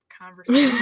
conversation